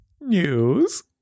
news